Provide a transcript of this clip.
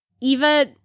Eva